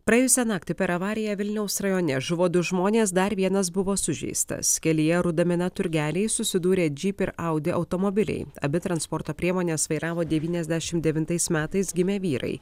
praėjusią naktį per avariją vilniaus rajone žuvo du žmonės dar vienas buvo sužeistas kelyje rudamina turgeliai susidūrė jeep ir audi automobiliai abi transporto priemones vairavo devyniasdešim devintais metais gimę vyrai